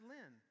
Lynn